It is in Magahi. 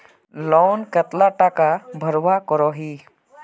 लोन कतला टाका भरवा करोही?